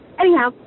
Anyhow